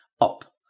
up